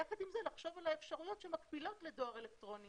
יחד עם זה לחשוב על האפשרויות שמקבילות לדואר אלקטרוני